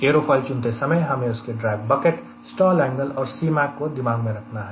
aerofoil चुनते समय हमें उसके ड्रैग बकेट स्टॉल एंगल और C mac को दिमाग में रखना है